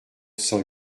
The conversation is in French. cent